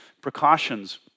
precautions